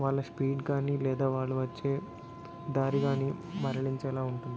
వాళ్ళ స్పీడ్ గానీ లేదా వాళ్ళు వచ్చే దారి గానీ మరలించేలా ఉంటుంది